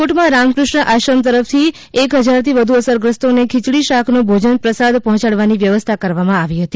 રાજકોટ માં રામકુષ્ણ આશ્રમ તરફ થી એક હજાર થી વધુ અસરગ્રસ્તોને ખિયડી શાક નો ભોજન પ્રસાદ પહોયડવાની વ્યવસ્થા કરવામાં આવી હતી